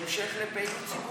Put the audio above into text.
בהמשך לפעילות ציבורית.